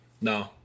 no